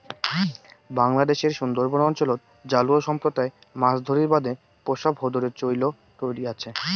বাংলাদ্যাশের সুন্দরবন অঞ্চলত জালুয়া সম্প্রদায় মাছ ধরির বাদে পোষা ভোঁদরের চৈল করি আচে